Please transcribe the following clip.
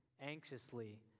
anxiously